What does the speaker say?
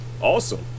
Awesome